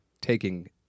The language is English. taking